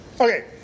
Okay